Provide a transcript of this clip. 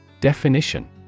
Definition